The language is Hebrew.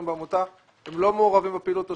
בעמותה והם לא מעורבים בפעילות השוטפת.